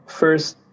first